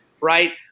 right